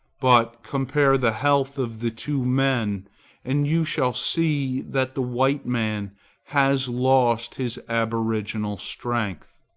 but compare the health of the two men and you shall see that the white man has lost his aboriginal strength.